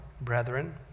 brethren